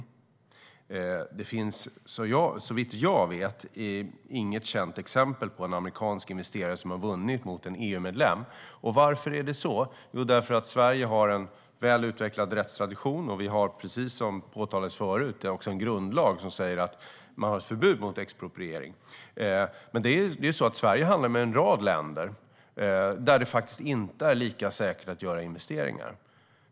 Och det finns, såvitt jag vet, inget känt exempel på en amerikansk investerare som har vunnit mot en EU-medlem. Varför är det så? Jo, därför att Sverige har en väl utvecklad rättstradition, och vi har, precis som påtalades förut, en grundlag som förbjuder expropriering. Sverige handlar med en rad länder där det inte är lika säkert att göra investeringar.